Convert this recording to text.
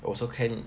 also can